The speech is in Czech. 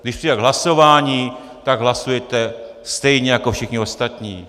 Když přijde k hlasování, tak hlasujete stejně jako všichni ostatní.